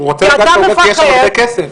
הוא רוצה לגעת בעוגה כי יש שם הרבה כסף.